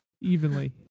Evenly